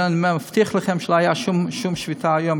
אני מבטיח לכם שלא הייתה שום שביתה היום,